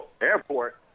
Airport